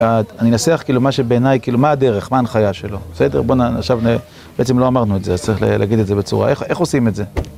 אני אנסח כאילו מה שבעיניי, כאילו מה הדרך, מה ההנחיה שלו, בסדר? בוא עכשיו, בעצם לא אמרנו את זה, אז צריך להגיד את זה בצורה, איך עושים את זה?